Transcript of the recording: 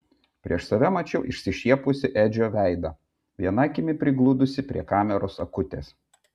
prieš save mačiau išsišiepusį edžio veidą viena akimi prigludusį prie kameros akutės